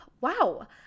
Wow